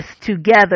together